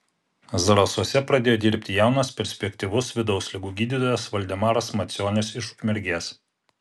zarasuose pradėjo dirbti jaunas perspektyvus vidaus ligų gydytojas valdemaras macionis iš ukmergės